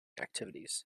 activities